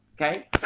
Okay